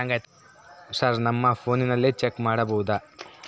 Sir ನಮ್ಮ ಫೋನಿನಲ್ಲಿ check ಮಾಡಬಹುದಾ?